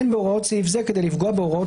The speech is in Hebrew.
אין בהוראות סעיף זה כדי לפגוע בהוראות